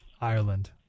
Ireland